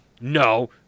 No